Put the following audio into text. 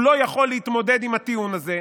והוא לא יכול להתמודד עם הטיעון הזה,